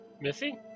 missy